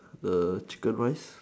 the chicken rice